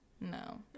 No